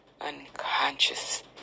unconscious